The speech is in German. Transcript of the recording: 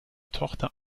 tochter